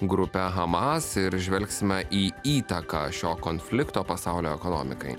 grupe hamas ir žvelgsime į įtaką šio konflikto pasaulio ekonomikai